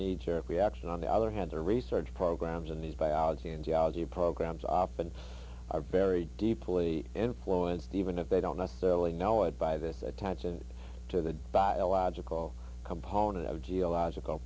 kneejerk reaction on the other hand the research programs in these biology and geology programs often are very deeply influenced even if they don't necessarily know it by this attaches to the biological component of geological